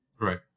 right